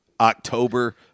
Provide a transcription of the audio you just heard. October